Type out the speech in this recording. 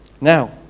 Now